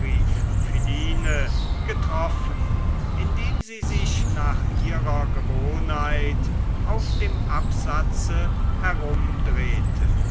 getroffen indem sie sich nach ihrer gewohnheit auf dem absatze herumdrehte